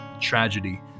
tragedy